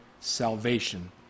salvation